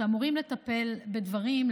שאמורים לטפל בדברים,